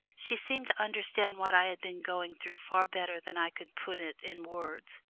she seemed to understand what i had been going through far better than i could put it in words,